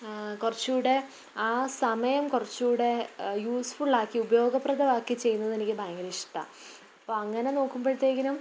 കുറച്ചുകൂടെ ആ സമയം കുറച്ചുകൂടെ യൂസ്ഫുൾ ആക്കി ഉപയോഗപ്രദമാക്കി ചെയ്യുന്നതെനിക്ക് ഭയങ്കര ഇഷ്ടമാ അപ്പം അങ്ങനെ നോക്കുമ്പോഴത്തേക്കിനും